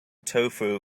tofu